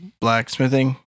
blacksmithing